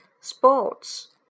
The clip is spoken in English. Sports